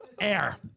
air